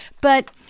But-